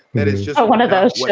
that is just one of those.